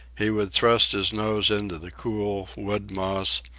he would thrust his nose into the cool wood moss,